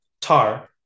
Tar